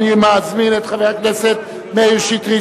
אני מזמין את חבר הכנסת מאיר שטרית,